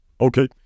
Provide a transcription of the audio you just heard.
Okay